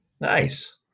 Nice